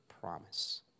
promise